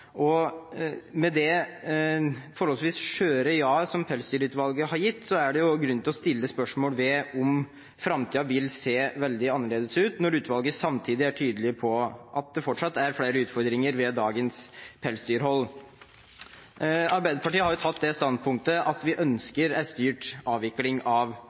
og med det forholdsvis skjøre ja-et som Pelsdyrutvalget har gitt, er det grunn til å stille spørsmål ved om framtiden vil se veldig annerledes ut, når utvalget samtidig er tydelig på at det fortsatt er flere utfordringer ved dagens pelsdyrhold. Arbeiderpartiet har tatt det standpunktet at vi ønsker en styrt avvikling av